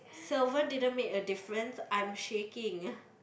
so what didn't make a difference I'm shaking ya